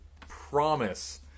promise